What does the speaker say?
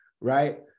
right